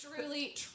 Truly